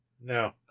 No